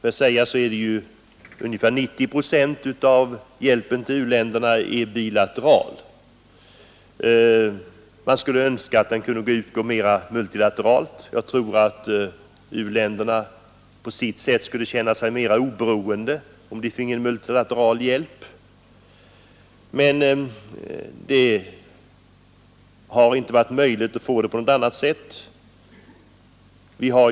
Man skulle Det statliga utveckönska att den i större utsträckning kunde utgå multilateralt — jag tror att — lingsbiståndet u-länderna skulle känna sig mera oberoende om de fick multilateral hjälp — men det har inte varit möjligt att åstadkomma.